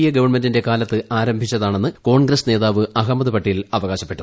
A ഗവൺമെന്റിന്റെ കാലത്ത് ആരംഭിച്ചതാണെന്ന് കോൺഗ്രസ് നേതാവ് അഹമ്മദ് പട്ടേൽ അവകാശപ്പെട്ടു